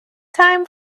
time